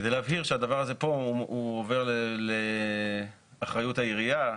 כדי להבהיר שהדבר הזה פה הוא עובר לאחריות העירייה,